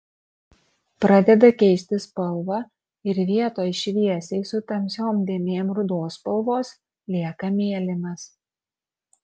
pradeda keisti spalvą ir vietoj šviesiai su tamsiom dėmėm rudos spalvos lieka mėlynas